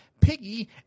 Piggy